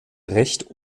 recht